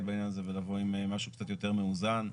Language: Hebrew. בעניין הזה ולבוא עם משהו קצת יותר מאוזן.